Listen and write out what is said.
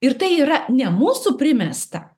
ir tai yra ne mūsų primesta